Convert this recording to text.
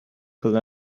could